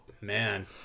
man